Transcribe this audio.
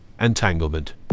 entanglement